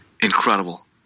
Incredible